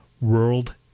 World